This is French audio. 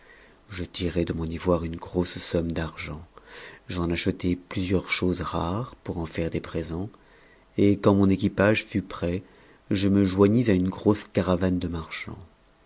je tirai de mon ivoire une grossf somme n achetai plusieurs choses rares pour en faire des présents et quand on équipage fut prêt je me joignis à une grosse caravane de marchands